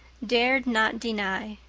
dared not deny.